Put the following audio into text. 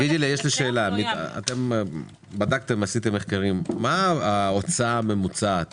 אולי בדקתם מה ההוצאה הממוצעת